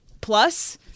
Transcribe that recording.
plus